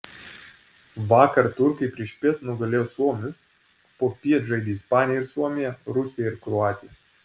vakar turkai priešpiet nugalėjo suomius popiet žaidė ispanija ir suomija rusija ir kroatija